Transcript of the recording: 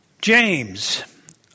James